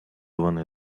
вони